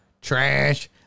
Trash